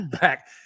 back